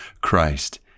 Christ